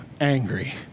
angry